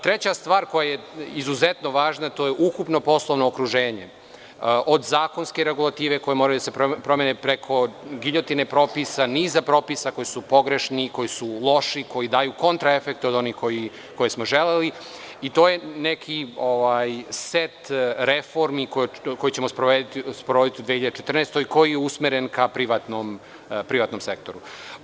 Treća stvar koja je izuzetno važna je ukupno poslovno okruženje, od zakonske regulative u kojoj moraju da se promene giljotine propisa, niza propisa koji su pogrešni i loši i koji daju kontra efekte od onih koje smo želeli i to je neki set reformi koje ćemo sprovesti u 2014. godini koji je usmeren ka privatnom sektoru.